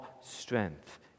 strength